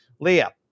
Leah